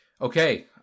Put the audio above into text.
Okay